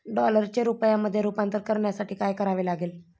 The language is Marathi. डॉलरचे रुपयामध्ये रूपांतर करण्यासाठी काय करावे लागेल?